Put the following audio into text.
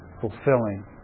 fulfilling